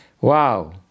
wow